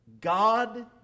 God